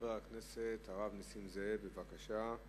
חבר הכנסת הרב נסים זאב, בבקשה.